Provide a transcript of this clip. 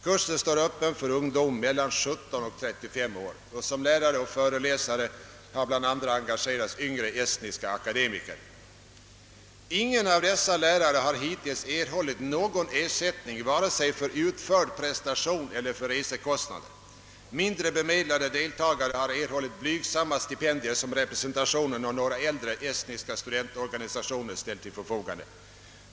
Kursen står öppen för ungdom mellan 17 och 35 år och som lärare och föreläsare har engagerats bland andra yngre estniska akademiker. Ingen av dessa lärare har hittills erhållit någon ersättning vare sig för utförd prestation eller för resekostnader. Mindre bemedlade deltagare har erhållit blygsamma stipendier som Representationen och några äldre estniska studentorganisationer ställt till förfogande.